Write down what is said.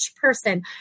person